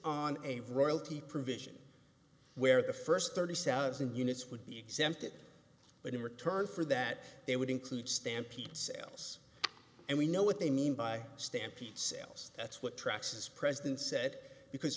on a royalty provision where the first thirty south thousand units would be exempted but in return for that they would include stampede sales and we know what they mean by stampede sales that's what tracks this president said because